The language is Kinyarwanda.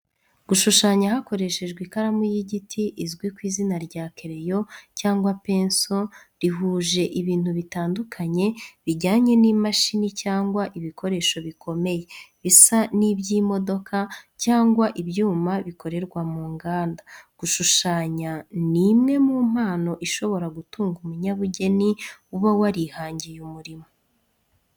Gushushanya hakoreshejwe ikaramu y’igiti izwi ku izina rya kereyo cyangwa penso rihuje ibintu bitandukanye bijyanye n’imashini cyangwa ibikoresho bikomeye, bisa n’iby’imodoka cyangwa ibyuma bikorerwa mu nganda. Gushushanya ni imwe mu mpano ishobora gutunga umunyabugeni uba warihangiye umurimo.